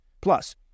Plus